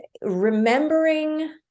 remembering